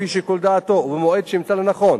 לפי שיקול דעתו ובמועד שימצא לנכון,